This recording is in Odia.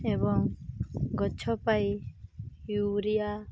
ଏବଂ ଗଛ ପାଇଁ ୟୁରିଆ